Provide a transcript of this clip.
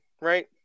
right